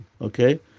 Okay